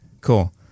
Cool